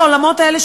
בעולמות האלה,